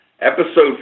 episode